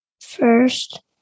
First